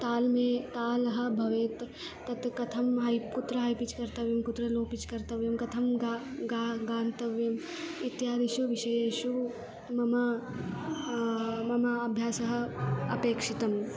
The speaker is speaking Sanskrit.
ताले तालः भवेत् तत् कथं हैप् कुत्र है पिच् कर्तव्यं कुत्र लो पिच् कर्तव्यं कथं ग गा गातव्यम् इत्यादिषु विषयेषु मम मम अभ्यासः अपेक्षितः